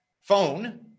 phone